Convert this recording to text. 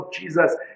Jesus